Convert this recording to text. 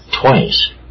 twice